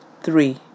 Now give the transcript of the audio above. Three